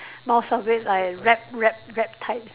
most of it like rap rap rap type